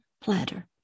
platter